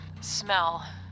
smell